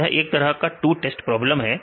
यह एक तरह का 2 स्टेट प्रॉब्लम है